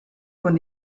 von